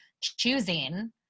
choosing